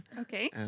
Okay